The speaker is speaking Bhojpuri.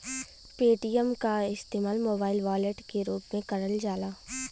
पेटीएम क इस्तेमाल मोबाइल वॉलेट के रूप में करल जाला